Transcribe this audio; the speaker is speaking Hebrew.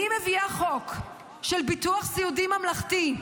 אני מביאה חוק של ביטוח סיעודי ממלכתי,